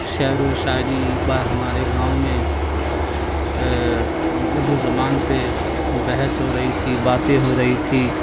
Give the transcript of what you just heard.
شعر و شاعری پر ہمارے گاؤں میں اردو زبان پہ بحث ہو رہی تھی باتیں ہو رہی تھیں